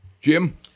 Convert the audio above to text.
Jim